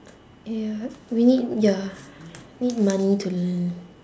ya we need ya need money to learn